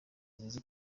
nziza